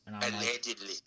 Allegedly